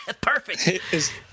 Perfect